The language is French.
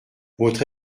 votre